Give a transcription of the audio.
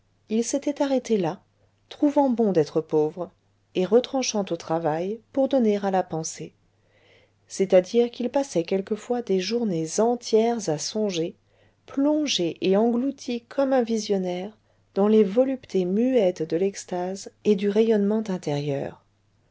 il s'était arrêté là trouvant bon d'être pauvre et retranchant au travail pour donner à la pensée c'est-à-dire qu'il passait quelquefois des journées entières à songer plongé et englouti comme un visionnaire dans les voluptés muettes de l'extase et du rayonnement intérieur